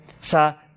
sa